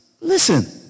listen